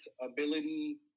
ability